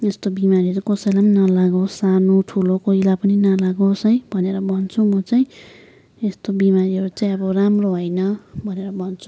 यस्तो बिमारहरू कसैलाई पनि नलागोस् सानो ठुलो कोहीलाई पनि नलागोस् है भनेर भन्छु म चाहिँ यस्तो बिमारीहरू चाहिँ अब राम्रो होइन भनेर भन्छु